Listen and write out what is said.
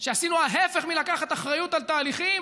שעשינו ההפך מלקחת אחריות על תהליכים,